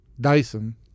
Dyson